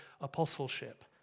apostleship